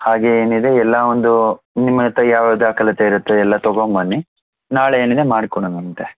ಹಾಗೆ ಏನಿದೆ ಎಲ್ಲ ಒಂದು ನಿಮ್ಮ ಹತ್ರ ಯಾವ್ಯಾವ ದಾಖಲಾತಿ ಇರತ್ತೋ ಎಲ್ಲ ತೊಗೊಂಬನ್ನಿ ನಾಳೆ ಏನಿದೆ ಮಾಡಿಕೊಡೋಣ ಅಂತೆ